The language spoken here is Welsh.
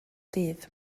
dydd